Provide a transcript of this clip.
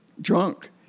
drunk